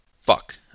Fuck